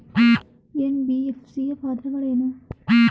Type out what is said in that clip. NBFC ಯ ಪಾತ್ರಗಳೇನು?